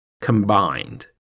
combined